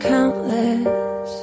Countless